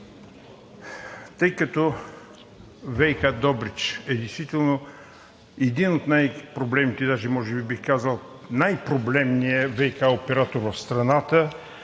тъй като ВиК Добрич действително е един от най-проблемните, даже бих казал – най-проблемният ВиК оператор в страната,